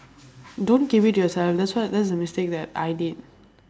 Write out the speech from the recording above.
don't keep it to yourself that's what that's the mistake that I did